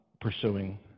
pursuing